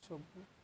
ସବୁ